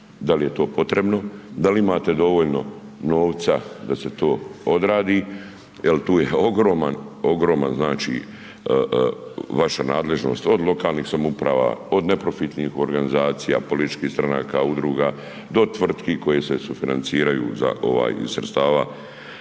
da li je to potrebno, da li imate dovoljno novca da se to odradi jel je tu ogroman, ogroman znači vaša nadležnost, od lokalnih samouprava, od neprofitnih organizacija, političkih stranaka, udruga do tvrtki koje se sufinanciraju za ovaj sredstava